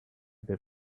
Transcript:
their